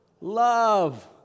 love